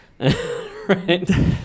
right